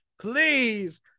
Please